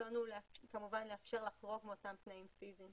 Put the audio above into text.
הרצון הוא כמובן לאפשר לחרוג מאותם תנאים פיזיים.